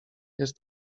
jest